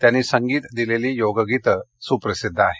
त्यांनी संगीत दिलेली योगगीते सुप्रसिद्ध आहेत